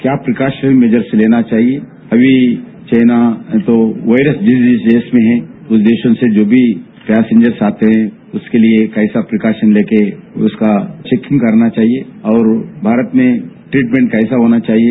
क्या precaution measures लेना चाहिए अभी चाइना को वायरस डिसीज में विदेशों से जो भी पैसेंजर्स आते उसके लिए कैंसा प्रीकॉशन लेकर उसका चौकिंग करना चाहिए और भारत में ट्रीटमेंट कैसा होना चाहिए